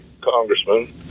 congressman